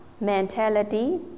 mentality